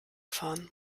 fahren